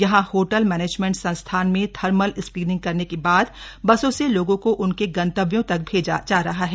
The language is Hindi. यहां होटल मैनेजमेंट संस्थान में थर्मल स्क्रीनिंग करने के बाद बसों से लोगों को उनके गतंव्यों तक भेजा जा रहा है